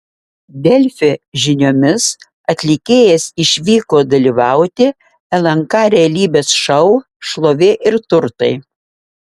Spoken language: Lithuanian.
delfi žiniomis atlikėjas išvyko dalyvauti lnk realybės šou šlovė ir turtai